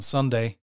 Sunday